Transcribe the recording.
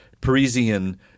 Parisian